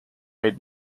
made